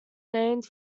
named